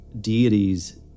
deities